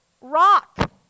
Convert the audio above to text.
rock